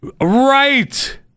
Right